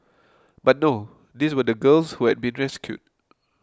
but no these were the girls who had been rescued